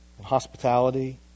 Hospitality